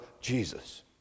Jesus